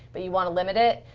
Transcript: but you want to limit it.